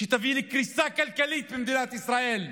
שתביא לקריסה כלכלית במדינת ישראל,